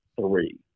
three